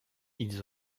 ils